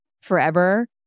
forever